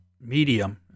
medium